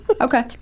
Okay